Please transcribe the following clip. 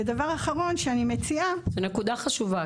ודבר אחרון שאני מציעה --- זו נקודה חשובה,